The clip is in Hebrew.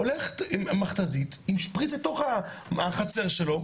הולכת מכת"זית עם שפריץ לתוך החצר שלו,